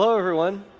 so everyone.